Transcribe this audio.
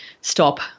stop